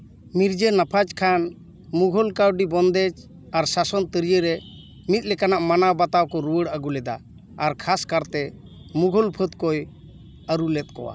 ᱢᱤᱨᱡᱟᱹ ᱱᱟᱯᱷᱟᱡᱽ ᱠᱷᱟᱱ ᱢᱩᱜᱷᱳᱞ ᱠᱟᱹᱣᱰᱤ ᱵᱚᱱᱫᱮᱡ ᱟᱨ ᱥᱟᱥᱚᱱ ᱛᱟᱹᱨᱭᱟᱹ ᱨᱮ ᱢᱤᱫᱞᱮᱠᱟᱱᱟᱜ ᱢᱟᱱᱟᱣ ᱵᱟᱛᱟᱣ ᱠᱚ ᱨᱩᱣᱟᱹᱲ ᱟᱹᱜᱩ ᱞᱮᱫᱟ ᱟᱨ ᱠᱷᱟᱥ ᱠᱟᱨᱛᱮ ᱢᱩᱜᱷᱳᱞ ᱯᱷᱟᱹᱫᱽ ᱠᱚᱭ ᱟᱹᱨᱩ ᱞᱮᱫ ᱠᱚᱣᱟ